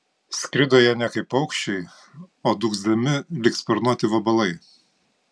skrido jie ne kaip paukščiai o dūgzdami lyg sparnuoti vabalai